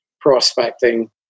prospecting